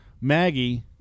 Maggie